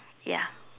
ya